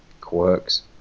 quirks